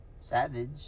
Savage